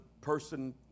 person